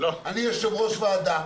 אני יושב-ראש ועדה,